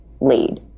lead